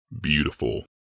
Beautiful